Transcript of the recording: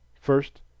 First